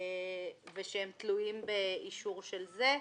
ושהם תלויים באישור של זה.